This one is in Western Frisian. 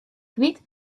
kwyt